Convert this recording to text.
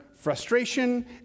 frustration